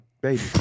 baby